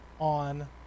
on